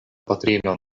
patrinon